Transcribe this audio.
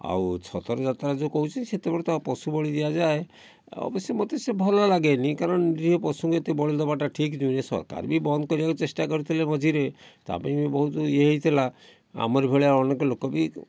ଆଉ ଛତରଯାତ୍ରା ଯେଉଁ କହୁଛି ସେତେବେଳେ ତ ପଶୁବଳି ଦିଆଯାଏ ଆଉ ଅବଶ୍ୟ ମୋତେ ସେ ଭଲ ଲାଗେନି କାରଣ ଯିଏ ପଶୁଙ୍କୁ ଏତେ ବଳି ଦେବାଟା ଠିକ ନୁହେଁ ସରକାର ବି ବନ୍ଦ କରିବାକୁ ଚେଷ୍ଟା କରିଥିଲେ ମଝିରେ ତା'ପାଇଁ ବି ବହୁତ ଇଏ ହେଇଥିଲା ଆମରି ଭଳିଆ ଅନେକ ଲୋକ ବି